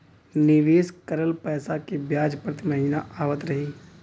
निवेश करल पैसा के ब्याज प्रति महीना आवत रही?